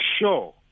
sure